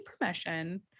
permission